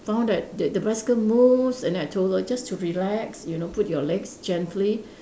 found that the the bicycle moves and then I told her just to relax you know put your legs gently